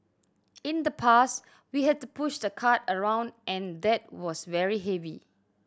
in the past we had to push the cart around and that was very heavy